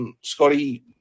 Scotty